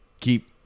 keep